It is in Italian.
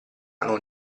non